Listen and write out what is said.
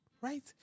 Right